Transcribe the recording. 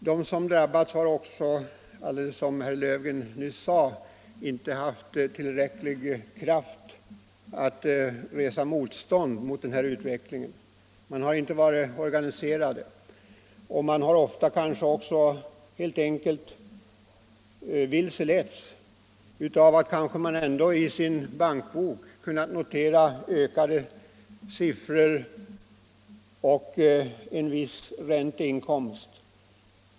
De som drabbats har också, som herr Löfgren nyss sade, heller inte haft tillräcklig kraft för att resa motstånd mot utvecklingen. De har inte varit organiserade och de har kanske också helt enkelt vilseletts av att de ändå i sin bankbok ofta kunnat notera högre siffror och en viss ränteinkomst.